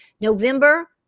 November